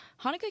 Hanukkah